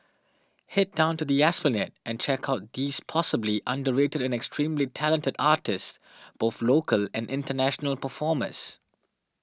head down to the Esplanade and check out these possibly underrated extremely talented artists both local and international performers